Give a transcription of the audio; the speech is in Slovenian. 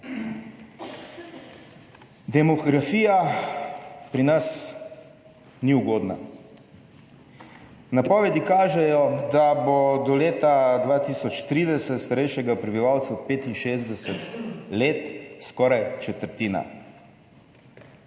Demografija pri nas ni ugodna. Napovedi kažejo, da bo do leta 2030 starejšega prebivalca od 65 let skoraj četrtina,